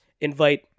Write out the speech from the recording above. invite